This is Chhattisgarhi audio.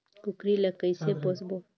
कूकरी ला कइसे पोसबो?